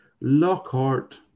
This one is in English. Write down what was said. Lockhart